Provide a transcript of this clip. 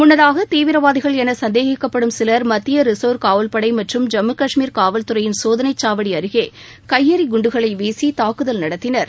முன்னதாக தீவிரவாதிகள் என சந்தேகிக்கப்படும் சிலர் மத்திய ரிசர்வ் காவல்படை மற்றும் ஜம்மு கஷ்மீர் காவல்துறையின் சோதனைச்சாவடி அருகே கையெறி குண்டுகளை வீசி தாக்குதல் நடத்தினர்